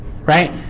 right